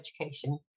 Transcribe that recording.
education